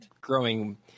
growing